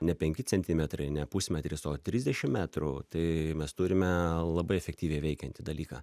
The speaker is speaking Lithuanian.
ne penki centimetrai ne pusmetris o trisdešim metrų tai mes turime labai efektyviai veikiantį dalyką